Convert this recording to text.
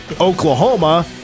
Oklahoma